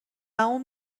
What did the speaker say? اون